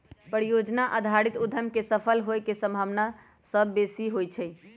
परिजोजना आधारित उद्यम के सफल होय के संभावना सभ बेशी होइ छइ